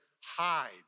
hide